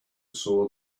saw